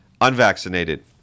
Unvaccinated